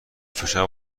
فشار